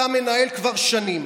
אתה מנהל כבר שנים